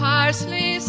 Parsley